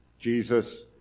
Jesus